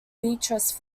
beatrice